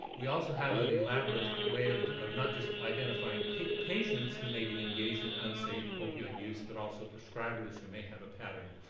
we also have an elaborate way of of not just identifying identifying patients who may be engaged in unsafe opioid use, but also prescribers who may have a pattern.